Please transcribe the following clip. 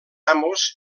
amos